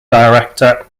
director